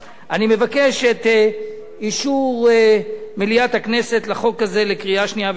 אני מבקש את אישור מליאת הכנסת לחוק הזה בקריאה שנייה ושלישית.